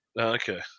Okay